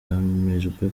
hemejwe